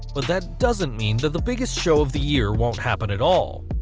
but that doesn't mean that the biggest show of the year won't happen at all.